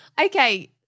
Okay